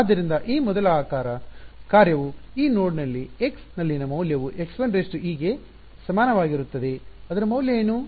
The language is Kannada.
ಆದ್ದರಿಂದ ಈ ಮೊದಲ ಆಕಾರದ ಕಾರ್ಯವು ಈ ನೋಡ್ನಲ್ಲಿ x ನಲ್ಲಿನ ಮೌಲ್ಯವು x1e ಗೆ ಸಮನಾಗಿರುತ್ತದೆ ಅದರ ಮೌಲ್ಯ ಏನು